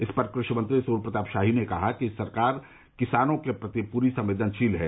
इस पर कृषिमंत्री सुर्यप्रताप शाही ने कहा कि सरकार किसानों के प्रति पूरी संवेदनशील है